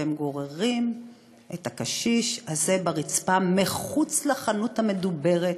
והם גוררים את הקשיש הזה על הרצפה מחוץ לחנות המדוברת,